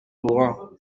torrents